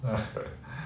uh